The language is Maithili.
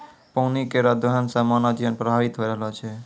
पानी केरो दोहन सें मानव जीवन प्रभावित होय रहलो छै